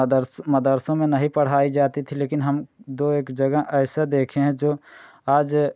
mother's मदर्सों में नहीं पढ़ाई जाती थी लेकिन हम दो एक जगह ऐसे देखें हैं जो आज